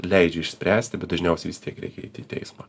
leidžia išspręsti bet dažniausiai vis tiek reikia eiti į teismą